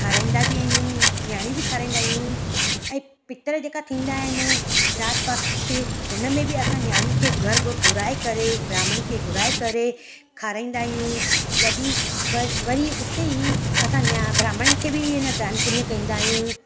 खाराईंदा बि आहियूं नियाणी बि खाराईंदा आहियूं ऐं पितर जेका थींदा आहिनि शराद पक्ष हुनमें बि असां नियाणीनि खे घर घुराए करे ब्राहम्ण खे घुराए करे खाराईंदा आहियूं वॾी वरी वरी हुते ई असां या ब्राहम्ण खे बि हिन दान पुन्य कंदा आहियूं